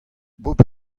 bep